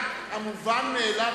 רק המובן מאליו,